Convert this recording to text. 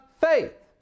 faith